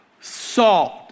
salt